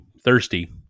thirsty